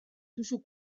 duzu